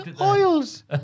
oils